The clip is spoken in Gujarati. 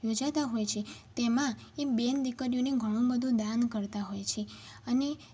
યોજાતા હોય છે તેમાં એ બેન દીકરીઓને ઘણું બધું દાન કરતા હોય છે